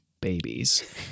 babies